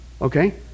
Okay